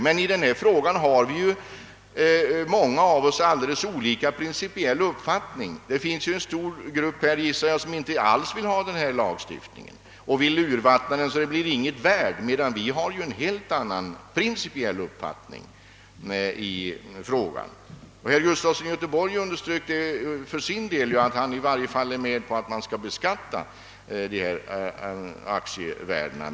I denna fråga har många av oss helt olika uppfattning — det finns en stor grupp här som inte alls vill ha denna lagstiftning eller vill urvattna den så att det inte blir någonting kvar, medan vi har en helt annan principiell uppfattning i frågan. Herr Gustafson i Göteborg underströk för sin del att han i varje fall är med på att man skall beskatta dessa aktievärden.